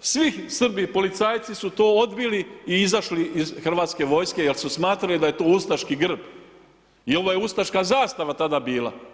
svi Srbi policajci su to odbili i izašli iz Hrvatske vojske jer su smatrali da je to ustaški grb i ovo je ustaška zastava tada bila.